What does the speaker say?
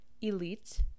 elite